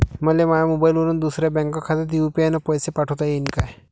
मले माह्या मोबाईलवरून दुसऱ्या बँक खात्यात यू.पी.आय न पैसे पाठोता येईन काय?